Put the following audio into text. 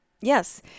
yes